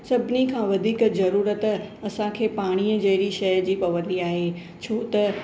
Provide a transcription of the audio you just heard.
सभिनी खां वधीक जरूरतु असांखे पाणीअ जहिड़ी शइ जी पवंदी आहे छो त